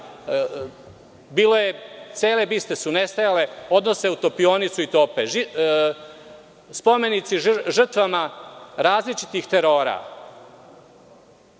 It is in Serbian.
cele biste su nestajale, odnose u topionicu i tope spomenici žrtvama različitih terora,